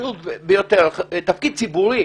תפקיד ציבורי?